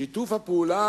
שיתוף הפעולה